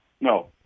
No